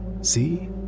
see